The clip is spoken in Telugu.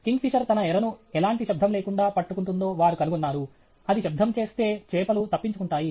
కింగ్ఫిషర్ తన ఎరను ఎలాంటి శబ్దం లేకుండా పట్టుకుంటుందో వారు కనుగొన్నారు అది శబ్దం చేస్తే చేపలు తప్పించుకుంటాయి